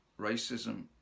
racism